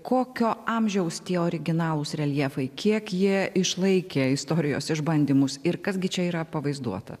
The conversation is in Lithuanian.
kokio amžiaus tie originalūs reljefai kiek jie išlaikę istorijos išbandymus ir kas gi čia yra pavaizduota